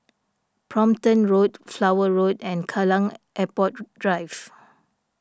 Brompton Road Flower Road and Kallang Airport Drive